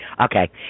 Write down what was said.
Okay